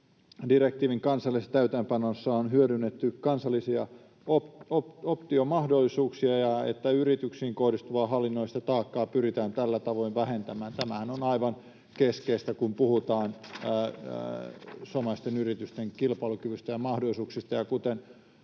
direktiivin kansallisessa täytäntöönpanossa on hyödynnetty kansallisia optiomahdollisuuksia ja että yrityksiin kohdistuvaa hallinnollista taakkaa pyritään tällä tavoin vähentämään. Tämähän on aivan keskeistä, kun puhutaan suomalaisten yritysten kilpailukyvystä ja mahdollisuuksista.